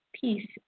peace